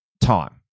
time